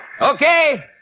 Okay